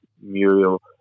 Muriel